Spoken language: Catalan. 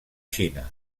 xina